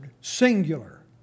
Singular